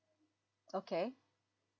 okay